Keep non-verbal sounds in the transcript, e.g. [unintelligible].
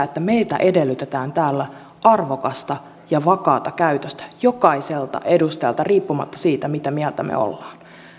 [unintelligible] että meiltä edellytetään täällä arvokasta ja vakaata käytöstä jokaiselta edustajalta riippumatta siitä mitä mieltä me olemme